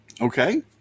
Okay